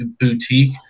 Boutique